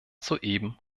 soeben